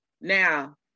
Now